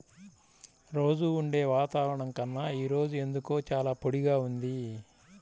రోజూ ఉండే వాతావరణం కన్నా ఈ రోజు ఎందుకో చాలా పొడిగా ఉంది